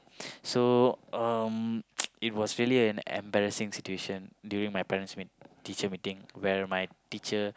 so um it was really an embarrassing situation during my parents meet teacher meeting where my teacher